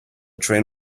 train